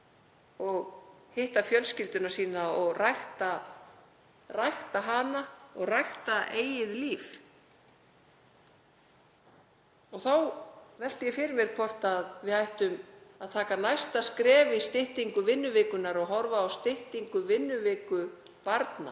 og hitta fjölskylduna sína og rækta hana og rækta eigið líf. Þá velti ég fyrir mér hvort við ættum að taka næsta skref í styttingu vinnuvikunnar og horfa á styttingu vinnuviku barna,